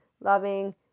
loving